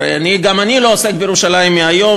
הרי גם אני לא עוסק בירושלים מהיום,